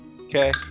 Okay